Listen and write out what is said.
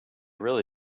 really